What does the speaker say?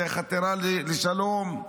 זה חתירה לשלום.